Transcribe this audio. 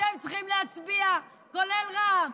אתם צריכים להצביע, כולל רע"מ,